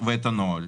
ואת הנוהל